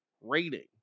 rating